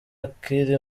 akiri